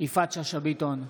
יפעת שאשא ביטון,